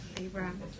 Abraham